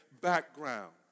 background